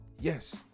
Yes